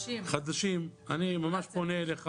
חדשים, אני ממש פונה אליך